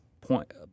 point